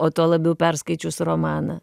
o tuo labiau perskaičius romaną